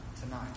tonight